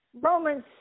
Romans